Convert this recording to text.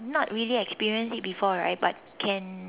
not really experience it before right but can